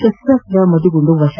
ಶಸ್ತಾಸ್ತ್ರ ಮದ್ದುಗುಂದು ವಶ